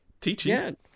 teaching